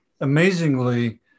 amazingly